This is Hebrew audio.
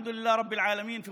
תודה לאל, בחברה הערבית שלנו,